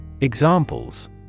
Examples